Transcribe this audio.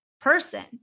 person